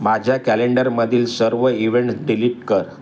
माझ्या कॅलेंडरमधील सर्व इव्हेंट्स डिलीट कर